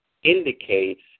indicates